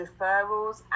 referrals